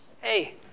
Hey